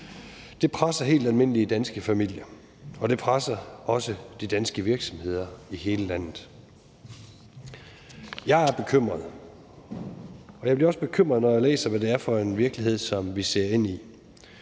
det presser helt almindelige danske familier, og det presser også de danske virksomheder i hele landet. Jeg er bekymret, og jeg bliver også bekymret, når jeg læser, hvad det er for en virkelighed, som vi ser ind i: